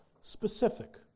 specific